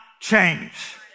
Change